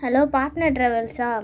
hello partner ட்ராவல்ஸ்சா